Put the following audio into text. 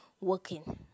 Working